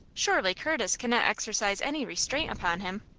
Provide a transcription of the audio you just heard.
surely curtis cannot exercise any restraint upon him?